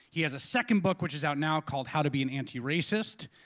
he has a second book, which is out now called how to be an antiracist,